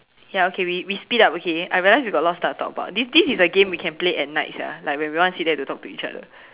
ya okay we we split up okay I realize we got a lot of stuff to talk about this this is a game we can play at night sia like when we want to sit there to talk to each other